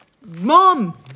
mom